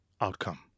outcome